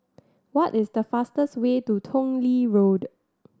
what is the fastest way to Tong Lee Road